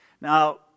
Now